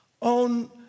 on